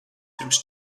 pirms